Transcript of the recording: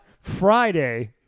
Friday